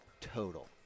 Total